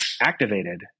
activated